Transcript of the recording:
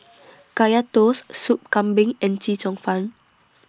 Kaya Toast Soup Kambing and Chee Cheong Fun